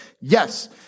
Yes